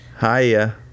Hiya